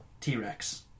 T-Rex